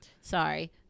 Sorry